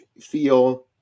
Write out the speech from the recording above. feel